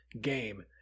game